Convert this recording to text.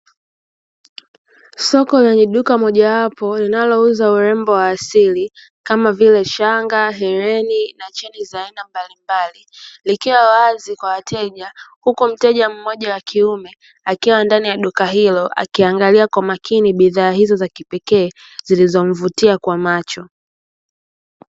Soko lenye duka mojawapo linalouza ulembo wa asili, kama vile shanga, helen na cheni za aina mbalimabli, likiwa wazi kwa wateja huku mteja mmoja wa kiume akiwa ndani ya duka hilo akiangalia kwa makini bidhaa hizo za kipekee zilizomvutia kwa macho.